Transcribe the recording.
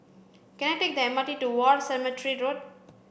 can I take the M R T to War Cemetery Road